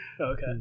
Okay